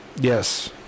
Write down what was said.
Yes